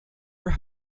her